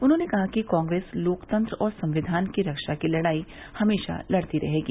उन्होंने कहा कि कांग्रेस लोकतंत्र और संविधान की रक्षा की लड़ाई हमेशा लड़ती रहेगी